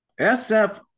SF